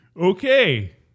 Okay